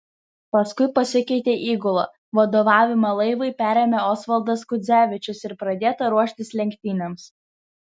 paskui pasikeitė įgula vadovavimą laivui perėmė osvaldas kudzevičius ir pradėta ruoštis lenktynėms